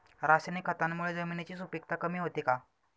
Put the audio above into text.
रासायनिक खतांमुळे जमिनीची सुपिकता कमी होते का?